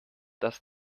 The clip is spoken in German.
dass